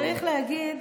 צריך להגיד,